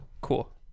Cool